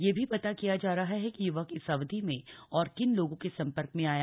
ये भी पता किया जा रहा है कि य्वक इस अवधि में और किन लोगों के संपर्क में आया